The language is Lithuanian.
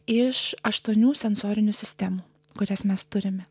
iš aštuonių sensorinių sistemų kurias mes turime